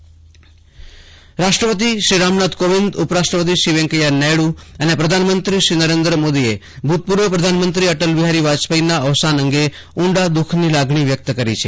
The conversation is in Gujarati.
મંત્રી શોક સંદેશ રાષ્ટ્રપતિ રામનાથ કોવિંદ ઉપરાષ્ટ્રપતિ વેકૈંયા નાયડુ અને પ્રધાનમંત્રી નરેન્દ્ર મોદીએ ભૂતપૂર્વ પ્રધાનમંત્રી અટલ બિહારી વાજપેયીના અવસાન અંગે ઉંડા દુઃખની લાગણી વ્યક્ત કરી છે